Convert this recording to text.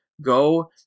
go